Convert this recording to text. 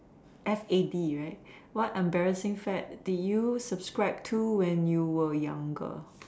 F A D right what embarrassing fad did you subscribe to when you were younger